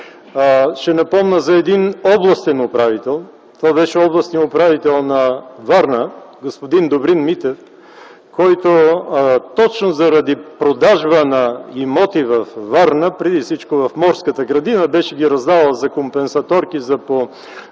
ще напомня за един областен управител – областният управител на Варна господин Добрин Митев, който точно заради продажба на имоти във Варна, преди всичко в Морската градина, беше ги раздавал за компесаторки, за по